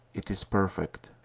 it is perfect.